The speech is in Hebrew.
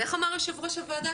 איך אמר יושב-ראש הוועדה?